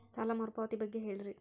ಸಾಲ ಮರುಪಾವತಿ ಬಗ್ಗೆ ಹೇಳ್ರಿ?